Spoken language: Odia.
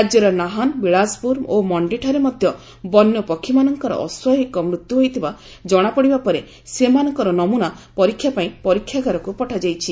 ରାଜ୍ୟର ନାହାନ୍ ବିଳାସପୁର ଓ ମଣ୍ଡିଠାରେ ମଧ୍ୟ ବନ୍ୟପକ୍ଷୀମାନଙ୍କର ଅସ୍କାଭାବିକ ମୃତ୍ୟୁ ହୋଇଥିବା କଣାପଡ଼ିବା ପରେ ସେମାନଙ୍କର ନମୁନା ପରୀକ୍ଷା ପାଇଁ ପରୀକ୍ଷାଗାରକୁ ପଠାଯାଇଛି